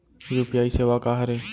UPI सेवा का हरे?